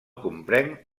comprenc